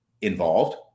involved